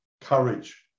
courage